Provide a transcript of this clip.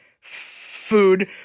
food